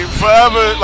forever